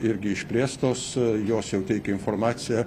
irgi išplėstos jos jau teikia informaciją